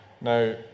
Now